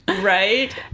Right